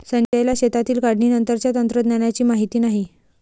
संजयला शेतातील काढणीनंतरच्या तंत्रज्ञानाची माहिती नाही